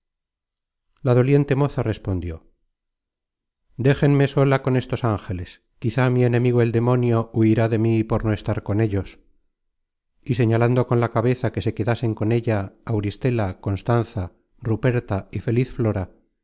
la doliente moza respondió déjenme sola con estos ángeles quizá mi enemigo el demonio huirá de mí por no estar con ellos y señalando con la cabeza que se quedasen con ella auristela constanza ruperta y feliz flora